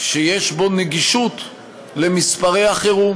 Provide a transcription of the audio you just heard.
שיש בו גישה למספרי החירום.